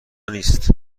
نیست